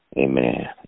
Amen